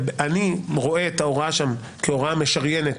אני רואה את ההוראה שם כהוראה משריינת,